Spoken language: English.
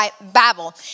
Babel